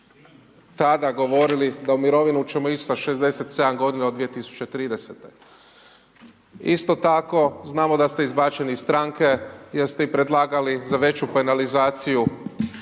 tada govorili da u mirovinu ćemo ići sa 67 g. od 2030., isto tako znamo da ste izbačeni iz stranke jer ste i predlagali za veću penalizaciju